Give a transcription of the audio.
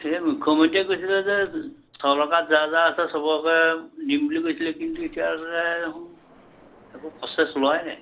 এতিয়া মুখ্যমন্ত্ৰীয়ে কৈছিলে যে যা যা আছে চবৰ ঘৰে দিম বুলি কৈছিলে কিন্তু এতিয়ালে দেখোন একো প্ৰচেছ লোৱাই নাই